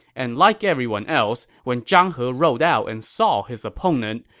and like everyone else, when zhang he rode out and saw his opponent,